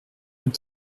nous